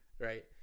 Right